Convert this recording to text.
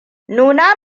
nuna